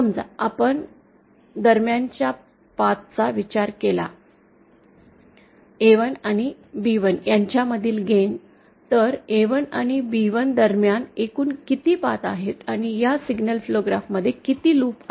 समजा आपण दरम्यानच्या पाथ चा विचार केला A1 आणि B1 यांच्या मधील गेन तर A1 आणि B1 दरम्यान एकूण किती पाथ आहेत आणि या सिग्नल फ्लो ग्राफमध्ये किती लूप आहेत